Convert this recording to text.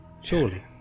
Surely